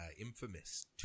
Infamous